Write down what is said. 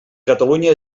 catalunya